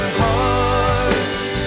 hearts